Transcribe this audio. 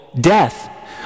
death